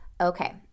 Okay